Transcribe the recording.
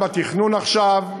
התכנון מקודם עכשיו,